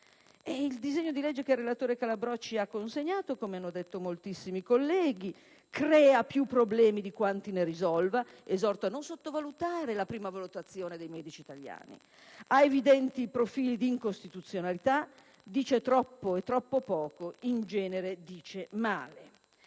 Il disegno di legge che il relatore Calabrò ci ha consegnato, come hanno sottolineato moltissimi colleghi, crea più problemi di quanti ne risolva, ed esorto a non sottovalutare la prima valutazione dei medici italiani: ha evidenti profili di incostituzionalità; dice troppo e troppo poco; in genere, dice male.